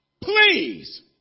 Please